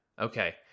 Okay